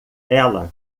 ela